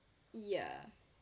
yeah